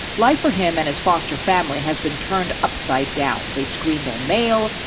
life for him and his foster family has been turned upside down. they screen their mail,